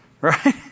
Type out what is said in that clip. right